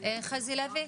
חזי לוי?